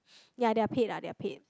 ya they are paid lah they are paid